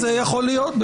זה יכול להיות,